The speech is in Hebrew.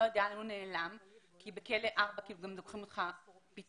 יודע לאן הוא נעלם כי לכלא 4 לוקחים אותך פתאום.